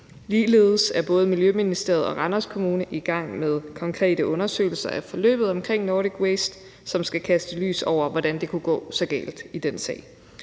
Ligeledes er både Miljøministeriet og Randers Kommune i gang med konkrete undersøgelser af forløbet omkring Nordic Waste, som skal kaste lys over, hvordan det kunne gå så galt i den sag.